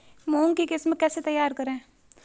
मूंग की किस्म कैसे तैयार करें?